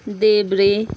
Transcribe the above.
देब्रे